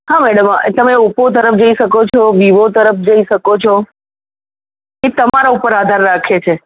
હા મૅડમ તમે ઓપ્પો તરફ જઈ શકો છો વિવો તરફ જઈ શકો છો એ તમારા ઉપર આધાર રાખે છે